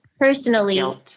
personally